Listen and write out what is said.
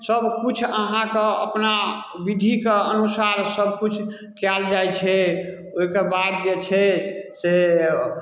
सभकिछु अहाँके अपना विधिके अनुसार सभकिछु कयल जाइ छै ओहिके बाद जे छै से